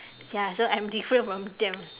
ya so I'm different from them